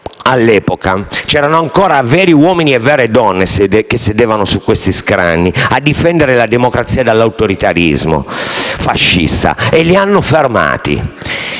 All'epoca veri uomini e vere donne sedevano su questi scranni a difendere la democrazia dall'autoritarismo fascista e li hanno fermati.